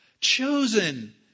Chosen